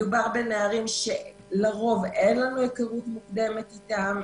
מדובר בנערים שלרוב אין לנו היכרות מוקדמת אתם,